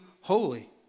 holy